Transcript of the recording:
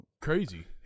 Crazy